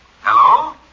Hello